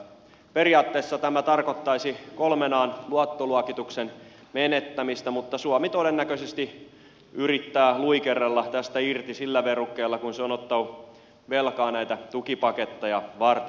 periaatteessa tämä tarkoittaisi kolmen an luottoluokituksen menettämistä mutta suomi todennäköisesti yrittää luikerrella tästä irti sillä verukkeella kun se on ottanut velkaa näitä tukipaketteja varten